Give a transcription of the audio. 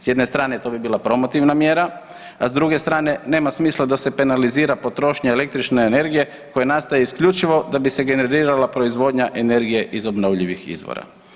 S jedne strane to bi bila promotivna mjera, a s druge strane nema smisla da se penalizira potrošnja električne energije koja nastaje isključivo da bi se generirala proizvodnja energije iz obnovljivih izvora.